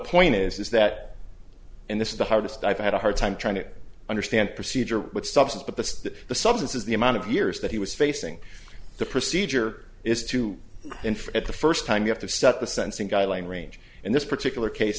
point is that and this is the hardest i've had a hard time trying to understand procedure with substance but the that the substance is the amount of years that he was facing the procedure is to go in for at the first time you have to set the sensing guideline range in this particular case